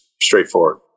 straightforward